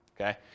okay